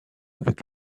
avec